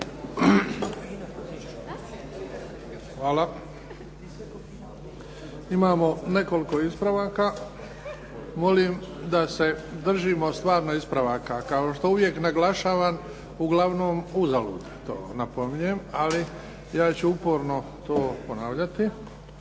Hvala. Imamo nekoliko ispravaka. Molim da se držimo stvarno ispravaka, kao što uvijek naglašavam, uglavnom uzalud, to napominjem, ali ja ću uporno to ponavljati.